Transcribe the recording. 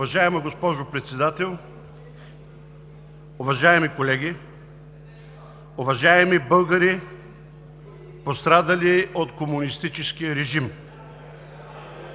Уважаема госпожо Председател, уважаеми колеги, уважаеми българи, пострадали от комунистическия режим!